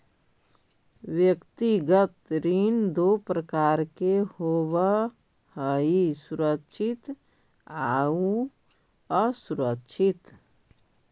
व्यक्तिगत ऋण दो प्रकार के होवऽ हइ सुरक्षित आउ असुरक्षित